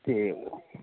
ਠੀਕ